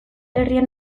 herrian